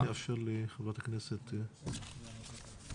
תודה רבה.